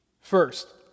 First